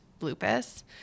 lupus